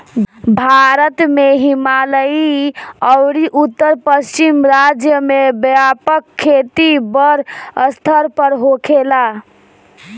भारत के हिमालयी अउरी उत्तर पश्चिम राज्य में व्यापक खेती बड़ स्तर पर होखेला